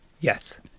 Yes